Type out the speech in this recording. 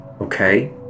okay